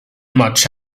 much